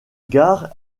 gare